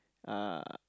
uh